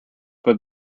but